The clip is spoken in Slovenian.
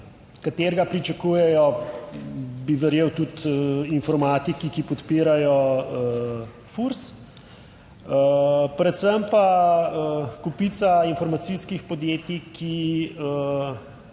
katerega pričakujejo, bi verjel, tudi informatiki, ki podpirajo FURS, predvsem pa kopica informacijskih podjetij, ki